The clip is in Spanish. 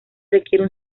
requiere